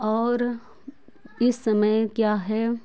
और इस समय क्या है